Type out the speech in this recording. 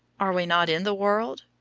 are we not in the world?